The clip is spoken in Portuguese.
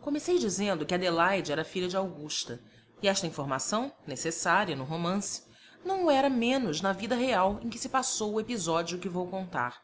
comecei dizendo que adelaide era filha de augusta e esta informação necessária no romance não o era menos na vida real em que se passou o episódio que vou contar